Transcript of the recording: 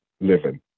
living